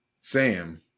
Sam